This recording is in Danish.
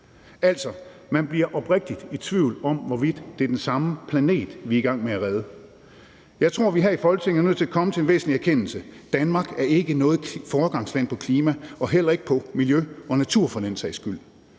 Altså, man bliver oprigtigt i tvivl om, hvorvidt det er den samme planet, vi er i gang med at redde. Jeg tror, at vi her i Folketinget er nødt til at komme til en væsentlig erkendelse. Danmark er ikke noget foregangsland på klima – og heller ikke på miljø og natur for den sags skyld.